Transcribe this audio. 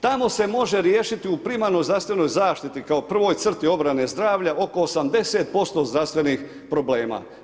Tamo se može riješiti u primarnoj zdravstvenoj zaštiti kao prvoj crti obrane zdravlja oko 80% zdravstvenih problema.